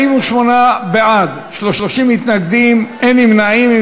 48 בעד, 30 מתנגדים, אין נמנעים.